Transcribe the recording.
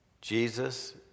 Jesus